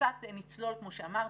כמו שאמרתי,